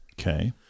Okay